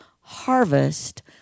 harvest